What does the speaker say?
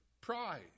pride